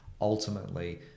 ultimately